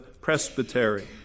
Presbytery